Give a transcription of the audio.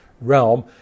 realm